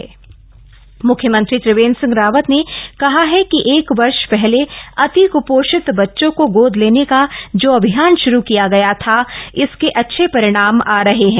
कुपोषण मक्त उत्तराखंड मुख्यमंत्री त्रिवेन्द्र सिंह रावत ने कहा है कि एक वर्ष पहले अति क्पोषित बच्चों को गोद लेने का जो अभियान श्रू किया गया था इसके अच्छे परिणाम रहे हैं